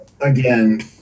again